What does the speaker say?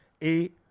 et